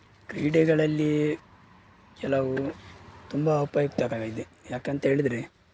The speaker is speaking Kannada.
ಕ್ರೀಡೆಗಳಲ್ಲಿ ಕೆಲವು ತುಂಬ ಉಪಯುಕ್ತಗಳಿದೆ ಯಾಕಂಥೇಳಿದರೆ